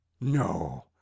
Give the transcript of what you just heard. No